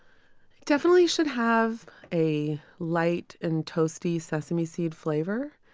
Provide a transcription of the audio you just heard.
definitely should have a light and toasty sesame seed flavor,